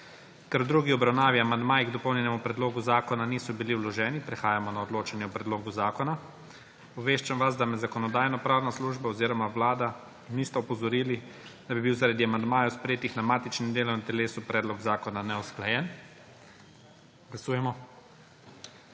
Ker v drugi obravnavi amandmaji k dopolnjenemu predlogu zakona niso bilo vloženi, prehajamo na odločanje o predlogu zakona. Obveščam vas, da me Zakonodajno-pravna služba oziroma Vlada nista opozorili, da bi bil zaradi amandmajev, sprejetih na matičnem delovnem telesu, predlog zakona neusklajen. Glasujemo.